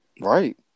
right